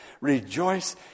rejoice